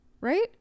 right